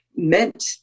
Meant